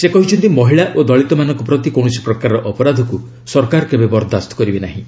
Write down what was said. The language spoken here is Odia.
ସେ କହିଛନ୍ତି ମହିଳା ଓ ଦଳିତମାନଙ୍କ ପ୍ରତି କୌଣସି ପ୍ରକାରର ଅପରାଧକୁ ସରକାର କେବେ ବରଦାସ୍ତ କରିବେ ନାହିଁ